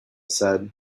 said